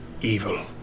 evil